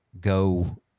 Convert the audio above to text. go